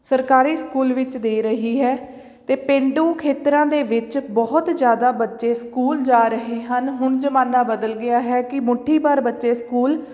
ਸਰਕਾਰੀ ਸਕੂਲ ਵਿੱਚ ਦੇ ਰਹੀ ਹੈ ਅਤੇ ਪੇਂਡੂ ਖੇਤਰਾਂ ਦੇ ਵਿੱਚ ਬਹੁਤ ਜ਼ਿਆਦਾ ਬੱਚੇ ਸਕੂਲ ਜਾ ਰਹੇ ਹਨ ਹੁਣ ਜ਼ਮਾਨਾ ਬਦਲ ਗਿਆ ਹੈ ਕਿ ਮੁੱਠੀ ਭਰ ਬੱਚੇ ਸਕੂਲ